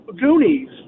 Goonies